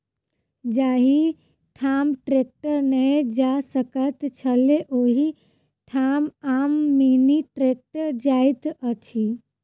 जाहि ठाम ट्रेक्टर नै जा सकैत छलै, ओहि ठाम आब मिनी ट्रेक्टर जाइत अछि